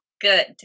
Good